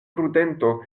prudento